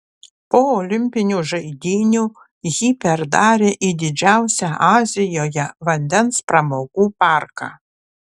po olimpinių žaidynių jį perdarė į didžiausią azijoje vandens pramogų parką